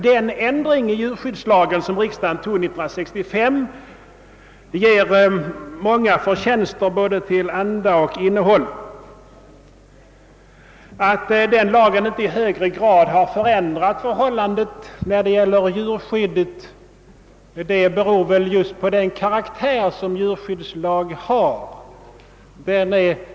Den ändring i djurskyddslagen som riksdagen beslöt 1965 har många förtjänster till anda och innehåll. Att lagen inte i högre grad har förändrat förhållandena beror väl på den karaktär som en djurskyddslag har.